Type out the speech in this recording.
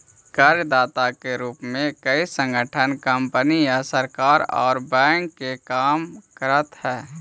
कर्जदाता के रूप में कोई संगठन कंपनी या सरकार औउर बैंक के काम करऽ हई